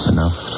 Enough